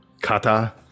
kata